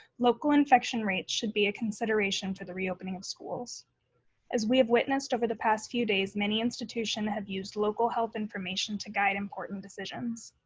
local infection rates should be a consideration for the reopening of schools as we have witnessed over the past few days, many institutions have used local health information to guide important decisions.